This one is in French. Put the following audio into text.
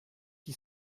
qui